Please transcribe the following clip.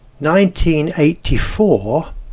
1984